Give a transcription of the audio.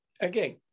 again